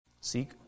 Seek